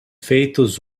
feitos